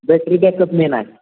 battery backup main आहे